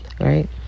right